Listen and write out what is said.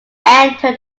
entered